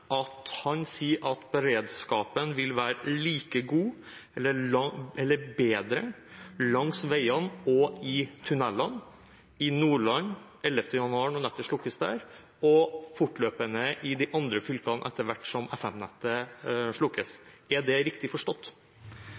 at han sier at beredskapen vil være like god, eller bedre, langs veiene og i tunnelene i Nordland den 11. januar når FM-nettet slukkes der, og fortløpende i de andre fylkene etter hvert som FM-nettet slukkes. Er det riktig forstått?